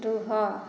ରୁହ